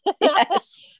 yes